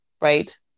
right